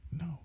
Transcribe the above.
no